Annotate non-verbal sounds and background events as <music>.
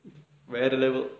<breath> well leveled